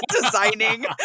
designing